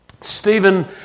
Stephen